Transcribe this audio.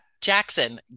Jackson